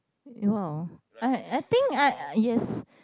no I I think I yes